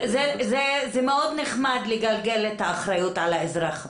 זה מאוד נחמד לגלגל את האחריות על האזרח הפשוט.